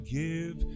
give